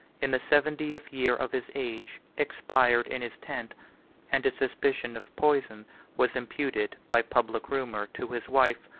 in the seventieth year of his age, expired in his tent and a suspicion of poison was imputed, by public rumor, to his wife,